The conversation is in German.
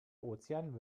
ozean